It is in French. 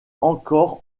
encore